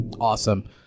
Awesome